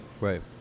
Right